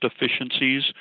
efficiencies